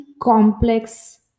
complex